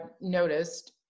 noticed